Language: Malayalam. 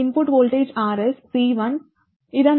ഇൻപുട്ട് വോൾട്ടേജ് Rs C1 ഇതാ